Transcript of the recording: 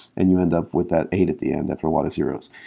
and you end up with that eight at the end after a lot of zeroes.